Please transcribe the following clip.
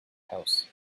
house